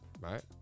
right